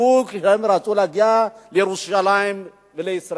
ישבו כי הם רצו להגיע לירושלים ולישראל,